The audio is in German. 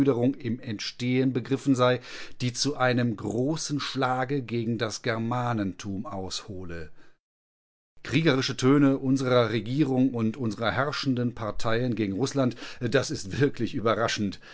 im entstehen begriffen sei die zu einem großen schlage gegen das germanentum aushole kriegerische töne unserer regierung und unserer herrschenden parteien gegen rußland das ist wirklich überraschend